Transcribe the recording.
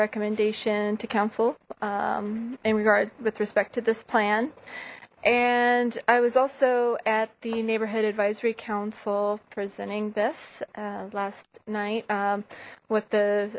recommendation to council in regard with respect to this plan and i was also at the neighborhood advisory council presenting this last night with the